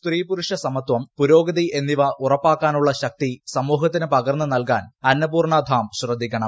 സ്ത്രീപുരുഷ സമത്യം പുരോഗതി എന്നിവ ഉറപ്പാക്കാനുള്ള ശക്തി സമൂഹത്തിന് പകർന്നു നിൽകാൻ അന്നപൂർണ്ണ ധാം ശ്രദ്ധിക്കണം